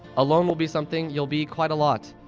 alone will be something you'll be quite a lot.